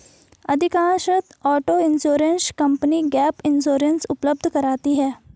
अधिकांशतः auto insurance company gap insurance उपलब्ध कराती है